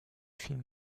film